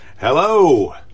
Hello